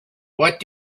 what